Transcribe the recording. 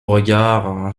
regard